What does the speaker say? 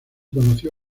conoció